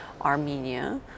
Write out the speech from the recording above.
Armenia